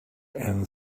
and